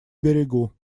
берегу